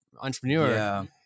entrepreneur